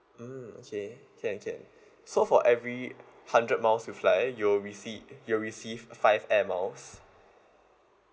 mm okay can can so for every hundred miles you fly you'll receive you'll receive five air miles